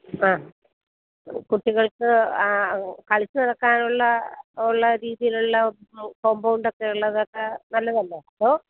ആ കുട്ടികൾക്ക് കളിച്ച് നടക്കാനുള്ള ഉള്ള രീതിയിലെല്ലാം കോമ്പൗണ്ടൊക്കെയുള്ളതൊക്കെ നല്ലതല്ലേ ഓ